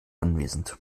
anwesend